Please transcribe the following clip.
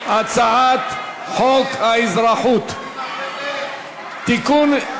הצעת חוק האזרחות (תיקון,